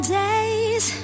days